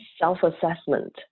self-assessment